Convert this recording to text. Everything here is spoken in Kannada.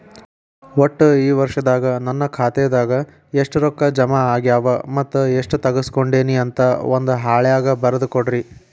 ಒಟ್ಟ ಈ ವರ್ಷದಾಗ ನನ್ನ ಖಾತೆದಾಗ ಎಷ್ಟ ರೊಕ್ಕ ಜಮಾ ಆಗ್ಯಾವ ಮತ್ತ ಎಷ್ಟ ತಗಸ್ಕೊಂಡೇನಿ ಅಂತ ಒಂದ್ ಹಾಳ್ಯಾಗ ಬರದ ಕೊಡ್ರಿ